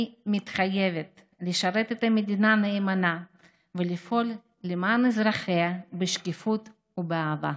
אני מתחייבת לשרת את המדינה נאמנה ולפעול למען אזרחיה בשקיפות ובאהבה.